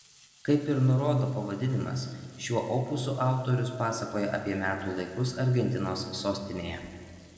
kaip ir nurodo pavadinimas šiuo opusu autorius pasakoja apie metų laikus argentinos sostinėje